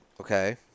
Okay